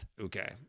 Okay